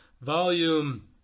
volume